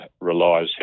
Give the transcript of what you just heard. relies